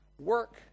work